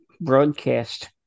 broadcast